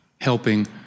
helping